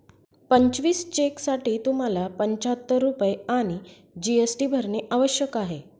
पंचवीस चेकसाठी तुम्हाला पंचाहत्तर रुपये आणि जी.एस.टी भरणे आवश्यक आहे